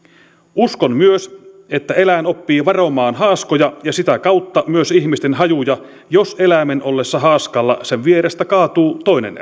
uskon myös että eläin oppii varomaan haaskoja ja sitä kautta myös ihmisten hajuja jos eläimen ollessa haaskalla sen vierestä kaatuu toinen